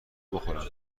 بخورن